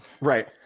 Right